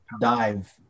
dive